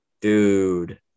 Dude